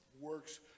works